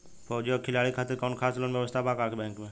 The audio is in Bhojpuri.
फौजी और खिलाड़ी के खातिर कौनो खास लोन व्यवस्था बा का बैंक में?